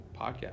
podcast